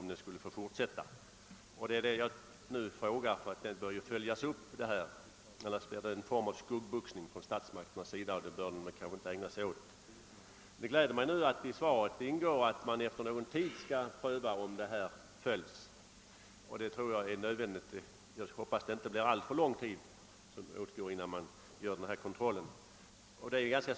Ut vecklingen bör naturligtvis följas om vi skall kunna kontrollera att man rättar sig efter dessa föreskrifter, annars blir det en form av skuggboxning från statsmakternas sida, och det bör de kanske inte ägna sig åt. Det gläder mig att det i svaret sägs att man efter någon tid skall pröva om föreskrifterna följs. Det tror jag är nödvändigt, och jag hoppas att inte alltför lång tid går innan denna kontroll görs.